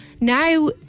now